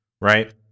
Right